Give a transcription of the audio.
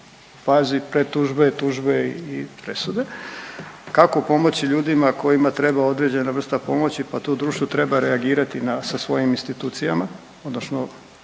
bazi predtužbe, tužbe i presude, kako pomoći ljudima kojima treba određena vrsta pomoći pa tu društvo treba reagira na, sa svojim institucijama odnosno